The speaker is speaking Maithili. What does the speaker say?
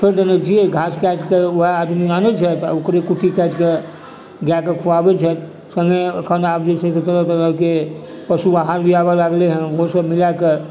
छोड़ि देने छियै घासे काटि कऽ वएह आदमी आनै छै तऽ ओकरे कुट्टी काटिके गाएके खुआबै छथि सङ्गे एखन आब जे छै तरह तरह के पशु आहार भी आबै लागलै हँ ओहो सब के मिलाके